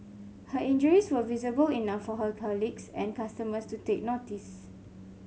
her injuries were visible enough for her colleagues and customers to take notice